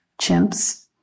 chimps